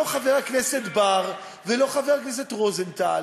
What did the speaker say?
לא חבר הכנסת בר ולא חבר הכנסת רוזנטל